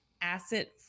asset